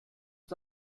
增长